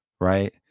Right